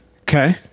Okay